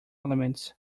elements